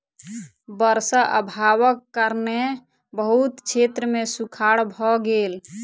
वर्षा अभावक कारणेँ बहुत क्षेत्र मे सूखाड़ भ गेल